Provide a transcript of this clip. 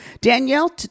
Danielle